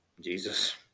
jesus